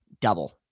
double